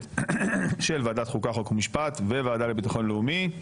של ועדת חוקה חוק ומשפט וועדה לביטחון לאומי,